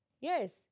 Yes